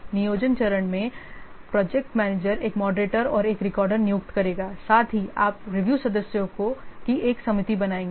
नियोजन चरण में प्रोजेक्ट मैनेजर एक मॉडरेटर और एक रिकॉर्डर नियुक्त करेगा साथ ही आप रिव्यू सदस्यों की एक समिति बनाएंगे